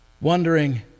wondering